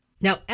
Now